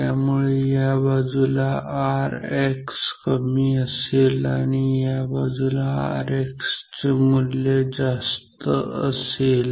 त्यामुळे या बाजुला Rx कमी असेल आणि या बाजूला Rx चे मूल्य जास्त असेल